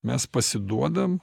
mes pasiduodam